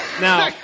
Now